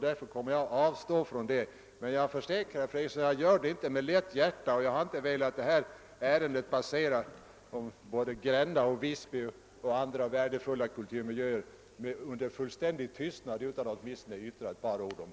Därför avstår jag från detta, men jag försäkrar att jag inte gör det med lätt hjärta. Jag har inte velat låta detta ärende passera — det gäller Gränna och Visby och andra värdefulla kulturmiljöer — under fullständig tystnad.